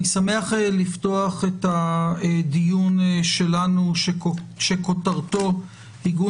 אני שמח לפתוח את הדיון שלנו שכותרתו עיגון